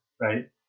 Right